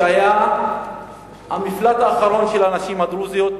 שהיה המפלט האחרון של הנשים הדרוזיות,